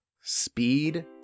speed